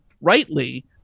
rightly